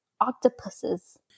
octopuses